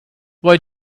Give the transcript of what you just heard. why